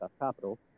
*Capital*